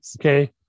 Okay